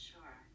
Sure